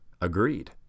agreed